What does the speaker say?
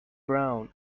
brown